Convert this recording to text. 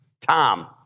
Tom